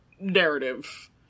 narrative